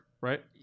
right